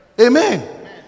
Amen